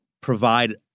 provide